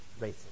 racist